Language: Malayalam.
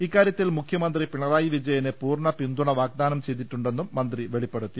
ഇക്കാര്യത്തിൽ മുഖ്യമന്ത്രി പിണറായി വിജയന് പൂർണ പിന്തുണ വാഗ്ദാനം ചെയ്തിട്ടുണ്ടെന്നും മന്ത്രി വെളിപ്പെടുത്തി